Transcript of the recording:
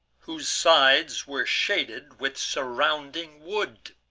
whose sides were shaded with surrounding wood.